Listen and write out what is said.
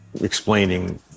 explaining